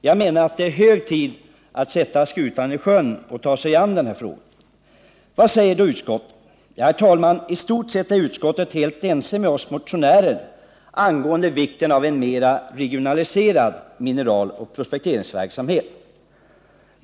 Jag menar att det är hög tid att sätta skutan i sjön och ta sig an den här frågan. Vad säger då utskottet? I stort sett är utskottet helt ense med oss motionärer angående vikten av en mera regionaliserad mineraloch prospekteringsverksamhet.